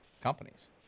companies